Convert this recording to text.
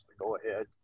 go-ahead